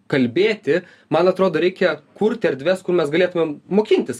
kalbėti man atrodo reikia kurt erdves kur mes galėtumėm mokintis